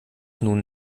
nun